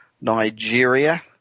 Nigeria